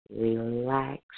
relax